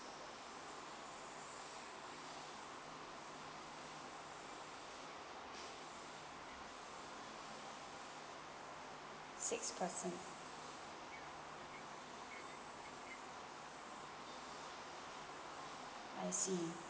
six person I see